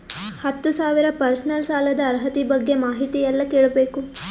ಹತ್ತು ಸಾವಿರ ಪರ್ಸನಲ್ ಸಾಲದ ಅರ್ಹತಿ ಬಗ್ಗೆ ಮಾಹಿತಿ ಎಲ್ಲ ಕೇಳಬೇಕು?